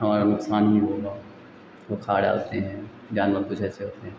हमारा नुकसान ही होगा वह खा डालते हैं जानवर कुछ ऐसे होते हैं